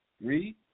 Read